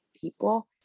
people